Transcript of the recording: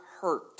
hurt